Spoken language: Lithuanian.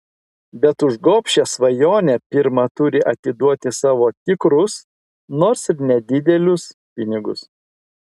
bet už gobšią svajonę pirma turi atiduoti savo tikrus nors ir nedidelius pinigus